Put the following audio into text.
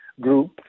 group